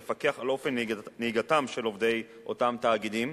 לפקח על אופן נהיגתם של עובדי אותם תאגידים,